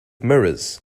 mirrors